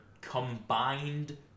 combined